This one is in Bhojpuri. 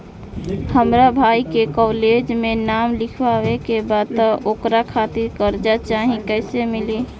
हमरा भाई के कॉलेज मे नाम लिखावे के बा त ओकरा खातिर कर्जा चाही कैसे मिली?